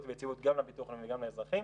ויציבות גם לביטוח הלאומי וגם לאזרחים,